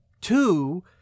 Two